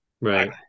Right